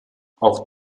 auch